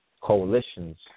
coalitions